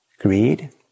greed